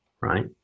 right